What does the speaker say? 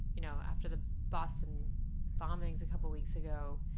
you know, after the boston bombings a couple of weeks ago,